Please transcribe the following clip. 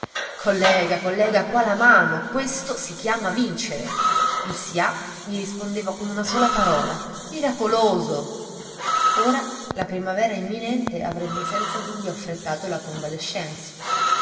collega collega qua la mano questo si chiama vincere il sià gli rispondeva con una sola parola miracoloso ora la primavera imminente avrebbe senza dubbio affrettato la convalescenza